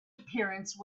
appearance